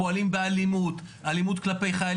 פועלים באלימות,